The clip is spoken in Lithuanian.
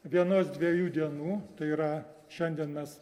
vienos dviejų dienų tai yra šiandien mes